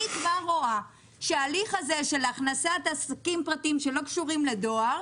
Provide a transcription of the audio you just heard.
אני כבר רואה בהליך הזה של הכנסת עסקים פרטיים שלא קשורים לדואר,